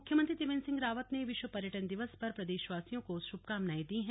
मुख्यमंत्री त्रिवेन्द्र सिंह रावत ने विश्व पर्यटन दिवस पर प्रदेशवासियों को शुभकामनाएं दी हैं